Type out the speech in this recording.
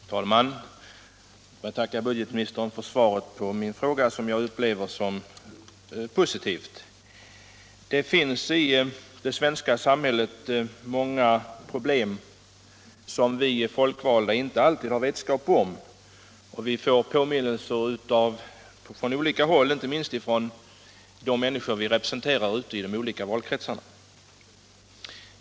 Herr talman! Jag tackar budgetministern för svaret på min fråga, som jag upplever som positivt. Det finns i det svenska samhället många problem, som vi folkvalda inte alltid har vetskap om. Vi får påminnelser om sådana från olika håll, inte minst från de människor som vi representerar ute i de olika valkretsarna.